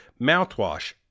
mouthwash